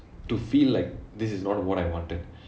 to feel like this is not what I wanted